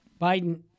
Biden